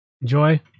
Enjoy